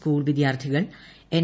school വിദ്യാർത്ഥികൾ N